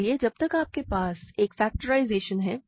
इसलिए जब तक आपके पास एक फेक्टराइज़शन है